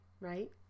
Right